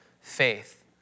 faith